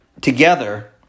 together